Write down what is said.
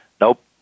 nope